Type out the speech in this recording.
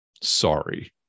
Sorry